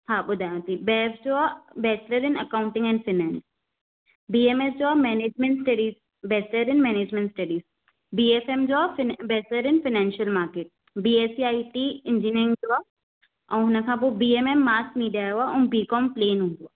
हा ॿुधायांव थी बैफ जो आहे bachelor in accounting and finance B M S जो आहे management studies bachelor in management studies B F M जो आहे bachelor in financial market B S C I T engineering जो आहे ऐं उन खां पोइ B M M mass media जो आहे ऐं बी कोम प्लेन हूंदो आहे